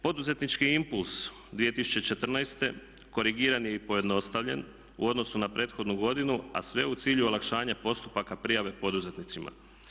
Poduzetnički impuls 2014. korigiran je i pojednostavljen u odnosu na prethodnu godinu, a sve u cilju olakšanja postupaka prijave poduzetnicima.